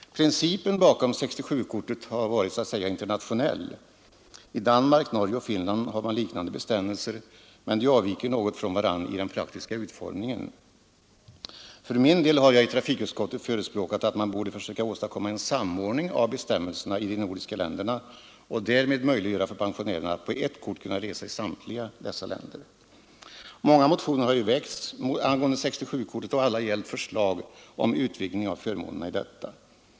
Principen bakom 67-kortet är så att säga internationell. I Danmark, Norge och Finland har man liknande bestämmelser, men arrangemangen avviker något från varandra i den praktiska utformningen. För min del har jag i trafikutskottet förespråkat att man borde försöka åstadkomma en samordning av bestämmelserna i de nordiska länderna och därmed möjliggöra för pensionärerna att resa på ett kort i samtliga dessa länder. Många motioner har väckts angående 67-kortet, och alla har gällt förslag om utvidgning av förmånerna i detta.